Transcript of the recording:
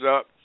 up